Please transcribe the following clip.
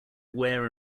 where